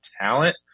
talent